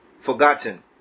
forgotten